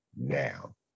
now